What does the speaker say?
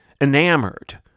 enamored